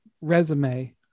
resume